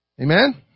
Amen